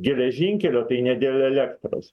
geležinkelio tai ne dėl elektros